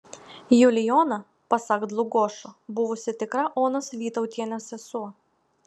julijona pasak dlugošo buvusi tikra onos vytautienės sesuo